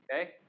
Okay